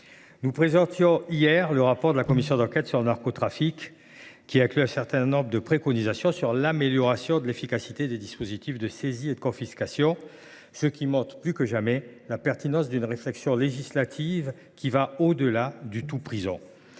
nous présentions hier le rapport de la commission d’enquête sur le narcotrafic, qui inclut un certain nombre de préconisations visant à améliorer l’efficacité des dispositifs de saisie et de confiscation. On constate que, plus que jamais, nous avons besoin d’une réflexion législative allant au delà du tout prison.